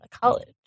college